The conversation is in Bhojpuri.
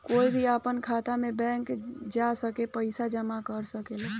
कोई भी आपन खाता मे बैंक जा के पइसा जामा कर सकेला